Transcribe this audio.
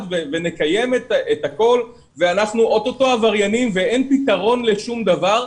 ונקיים את הכול ואנחנו או-טו-טו עבריינים ואין פתרון לשום דבר.